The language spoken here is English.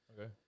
Okay